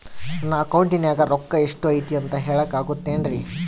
ನನ್ನ ಅಕೌಂಟಿನ್ಯಾಗ ರೊಕ್ಕ ಎಷ್ಟು ಐತಿ ಅಂತ ಹೇಳಕ ಆಗುತ್ತೆನ್ರಿ?